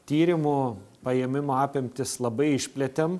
tyrimų paėmimo apimtis labai išplėtėm